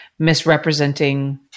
misrepresenting